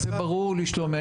זה ברור לי, שלומי.